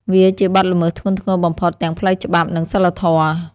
វាជាបទល្មើសធ្ងន់ធ្ងរបំផុតទាំងផ្លូវច្បាប់ និងសីលធម៌។